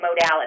modalities